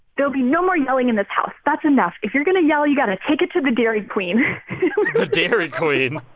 there'll be no more yelling in this house. that's enough. if you're going to yell, you've got to take it to the dairy queen the dairy queen.